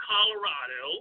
Colorado